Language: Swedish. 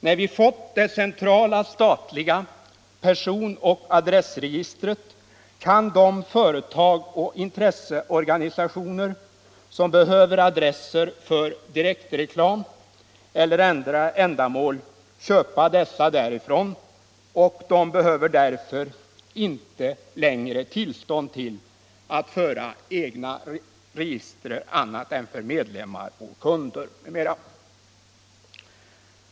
När vi fått det centrala statliga personoch adressregistret kan de företag och intresseorganisationer som behöver adresser för direktreklam och andra ändamål köpa dessa därifrån, och de behöver därför inte längre tillstånd att föra egna register annat än för medlemmar och kunder.